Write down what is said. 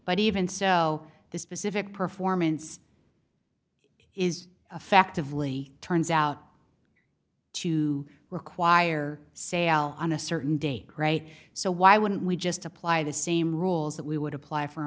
but even so the specific performance is effectively turns out to require sale on a certain date right so why wouldn't we just apply the same rules that we would apply for